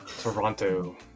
Toronto